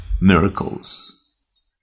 miracles